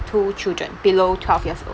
two children below twelve years old